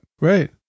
Right